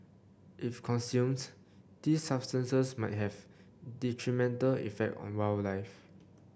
if consumed these substances might have detrimental effect on wildlife